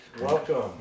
Welcome